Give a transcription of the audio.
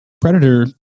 predator